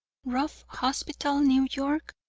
ruff hospital, new york!